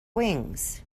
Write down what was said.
wings